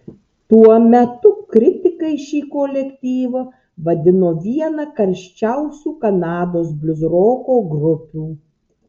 tuo metu kritikai šį kolektyvą vadino viena karščiausių kanados bliuzroko grupių